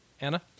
Anna